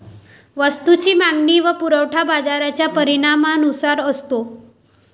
वस्तूची मागणी व पुरवठा बाजाराच्या परिणामानुसार असतो